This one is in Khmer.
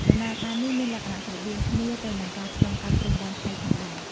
ដំណើរការនេះមានលក្ខណៈស្រដៀងគ្នាទៅនឹងការឆ្លងកាត់ព្រំដែនថៃផងដែរ។